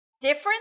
different